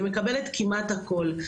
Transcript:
אני מקבלת כמעט הכול,